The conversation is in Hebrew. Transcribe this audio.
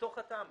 בתוך התמ"א.